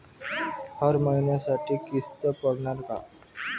हर महिन्यासाठी किस्त पडनार का?